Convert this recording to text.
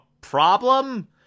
problem